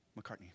McCartney